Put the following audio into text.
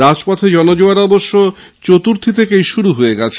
রাজপথে জনজোয়ার অবশ্য চতুর্থী থেকেই শুরু হয়ে গেছে